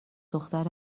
دختر